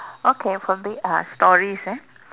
okay for me uh stories eh